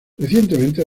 recientemente